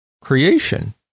creation